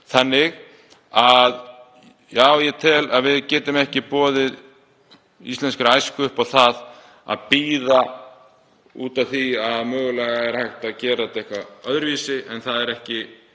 Já, ég tel að við getum ekki boðið íslenskri æsku upp á það að bíða af því að mögulega sé hægt að gera þetta eitthvað öðruvísi. Það er